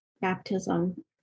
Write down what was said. baptism